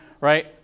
right